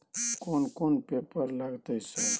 कोन कौन पेपर लगतै सर?